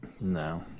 No